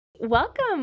Welcome